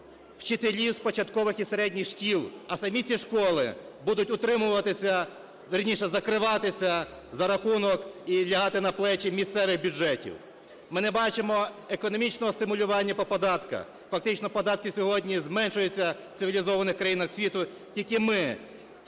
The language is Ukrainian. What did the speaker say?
вчителів з початкових і середніх шкіл, а самі ці школи будуть утримуватися, вірніше, закриватися за рахунок і лягати на плечі місцевих бюджетів. Ми не бачимо економічного стимулювання по податках. Фактично податки сьогодні зменшуються у цивілізованих країнах світу, тільки ми